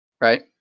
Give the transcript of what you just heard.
right